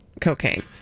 cocaine